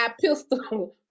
pistol